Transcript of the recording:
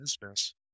business